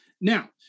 Now